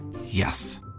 yes